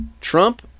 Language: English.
Trump